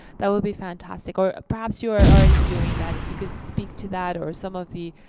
that would be fantastic. or perhaps you are already doing that. if you could speak to that, or some of the